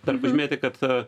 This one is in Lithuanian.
dar pažymėti kad